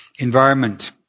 environment